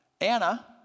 Anna